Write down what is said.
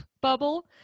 bubble